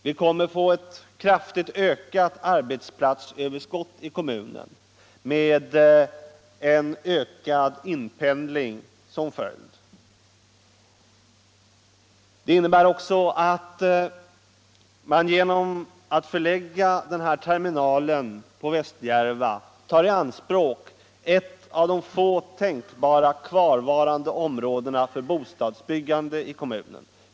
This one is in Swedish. Det kommer att bli ett kraftigt ökat arbetsplatsöverskott i kommunen med en ökad inpendling som följd. Förläggningen av terminalerna till Västerjärva innebär också att man tar i anspråk ett av de få tänkbara områdena för bostadsbyggande i kommunen.